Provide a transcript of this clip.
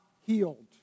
healed